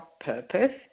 purpose